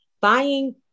buying